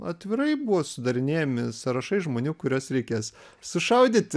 atvirai buvo sudarinėjami sąrašai žmonių kuriuos reikės sušaudyti